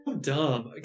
dumb